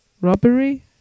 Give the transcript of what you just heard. robbery